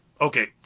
Okay